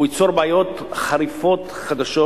הוא ייצור בעיות חריפות חדשות